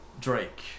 Drake